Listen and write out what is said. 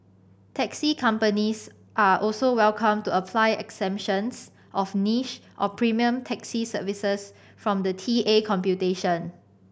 taxi companies are also welcome to apply exemptions of niche or premium taxi services from the T A computation